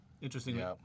interesting